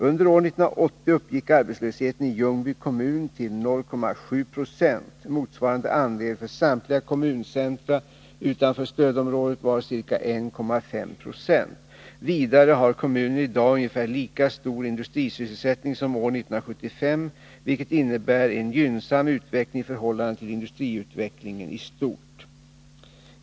Under år 1980 uppgick arbetslösheten i Ljungby kommun till 0,7 96. Motsvarande andel för samtliga kommuncentra utanför stödområdet var ca 1,5 20. Vidare har kommunen i dag ungefär lika stor industrisysselsättning som år 1975, vilket innebär en gynnsam utveckling i förhållande till industriutvecklingen i stort.